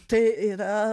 tai yra